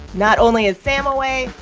not only is sam away,